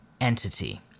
entity